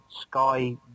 Sky